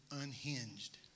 unhinged